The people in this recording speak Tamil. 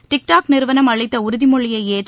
டிக் டாக் நிறுவனம் அளித்த உறுதிமொழியை ஏற்று